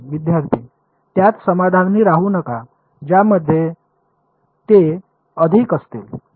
विद्यार्थीः त्यात समाधानी राहू नका ज्यामध्ये ते अधिक असतील